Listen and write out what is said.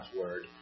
word